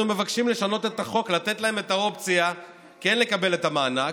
אנחנו מבקשים לשנות את החוק ולתת להם את האופציה כן לקבל את המענק.